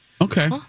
okay